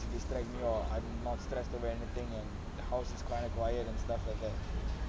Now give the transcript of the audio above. to distract me or I'm not stress over anything or the house is kind of quiet and stuff like that